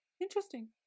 Interesting